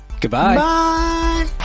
goodbye